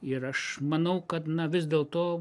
ir aš manau kad na vis dėlto